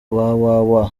www